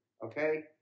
Okay